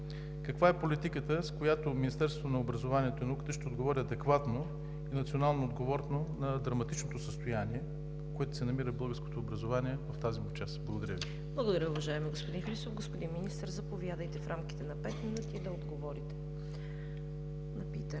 каква е политиката, с която Министерството на образованието и науката ще отговори адекватно и национално отговорно на драматичното състояние, в което се намира българското образование в тази му част? Благодаря Ви. ПРЕДСЕДАТЕЛ ЦВЕТА КАРАЯНЧЕВА: Благодаря, уважаеми господин Христов. Господин Министър, заповядайте в рамките на пет минути да отговорите на питането.